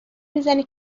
میزنه